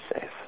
safe